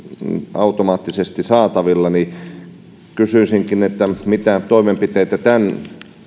automaattisesti saatavilla kysyisinkin mitä toimenpiteitä tämän